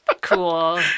cool